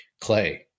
Clay